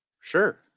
Sure